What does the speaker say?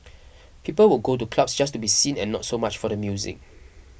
people would go to clubs just to be seen and not so much for the music